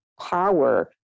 power